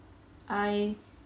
I